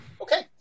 Okay